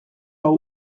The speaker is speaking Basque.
hau